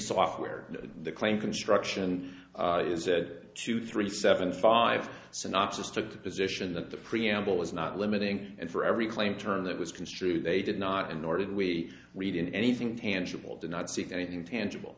software the claim construction is that two three seven five synopsis took the position that the preamble is not limiting and for every claim turn that was construed they did not in nor did we read in anything tangible do not seek anything tangible